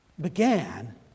began